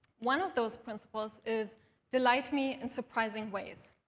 one of those principles is delight me in surprising ways.